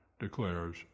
declares